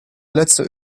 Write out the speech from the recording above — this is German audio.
letzte